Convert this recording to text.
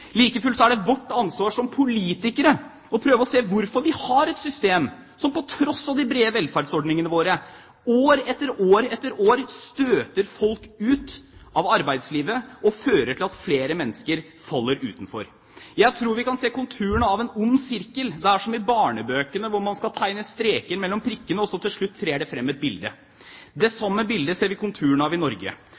er det vårt ansvar som politikere å prøve å se hvorfor vi har et system som på tross av de brede velferdsordningene våre år etter år etter år støter folk ut av arbeidslivet og fører til at flere mennesker faller utenfor. Jeg tror vi kan se konturene av en ond sirkel. Det er som i barnebøkene, hvor man skal tegne streker mellom prikkene, og til slutt trer det frem et bilde. Det samme bildet ser vi konturene av i Norge.